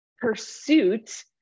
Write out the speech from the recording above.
pursuit